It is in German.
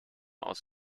aus